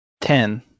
Ten